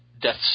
Death